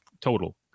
total